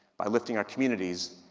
by lifting our communities,